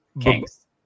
kings